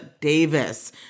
Davis